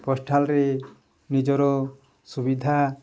ପୋଷ୍ଟାଲ୍ରେ ନିଜର ସୁବିଧା